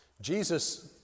Jesus